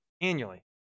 annually